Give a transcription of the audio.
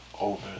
over